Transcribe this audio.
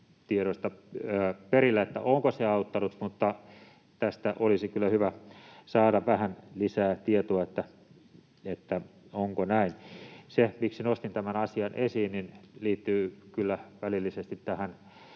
tiedoista perillä, onko se auttanut, mutta tästä olisi kyllä hyvä saada vähän lisää tietoa, onko näin. Se, miksi nostin tämän asian esiin, liittyy kyllä välillisesti tähän